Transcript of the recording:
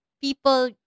people